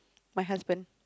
my husband